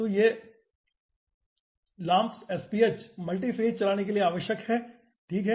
तो ये LAAMPS SPH multiphase चलाने के लिए आवश्यक हैं ठीक है